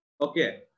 Okay